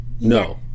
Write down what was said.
No